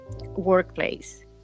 workplace